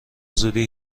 زودی